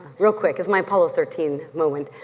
real quick, it's my apollo thirteen moment.